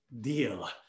deal